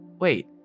wait